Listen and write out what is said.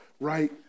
right